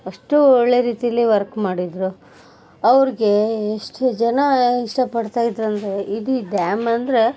ಅಷ್ಟು ಒಳ್ಳೆ ರೀತಿಲಿ ವರ್ಕ್ ಮಾಡಿದ್ರು ಅವ್ರಿಗೆ ಎಷ್ಟು ಜನ ಇಷ್ಟಪಡ್ತಾ ಇದ್ದರಂದ್ರೆ ಇಡೀ ಡ್ಯಾಮಂದರೆ